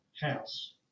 house